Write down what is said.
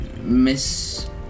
Miss